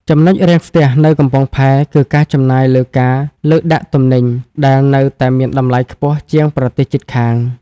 ចំណុចរាំងស្ទះនៅកំពង់ផែ គឺការចំណាយលើការលើកដាក់ទំនិញ ដែលនៅតែមានតម្លៃខ្ពស់ជាងប្រទេសជិតខាង។